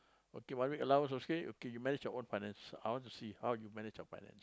okay one week allowance okay okay you manage your own finance I want to see how you manage your finance